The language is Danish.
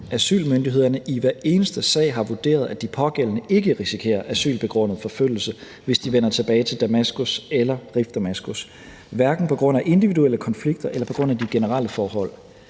asylmyndighederne i hver eneste sag har vurderet, at de pågældende ikke risikerer asylbegrundet forfølgelse, hvis de vender tilbage til Damaskus eller Rif Damaskus, hverken på grund af individuelle konflikter eller på grund af de generelle forhold.